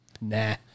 nah